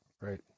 Right